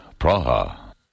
Praha